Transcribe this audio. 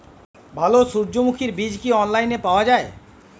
ভালো সূর্যমুখির বীজ কি অনলাইনে পাওয়া যায়?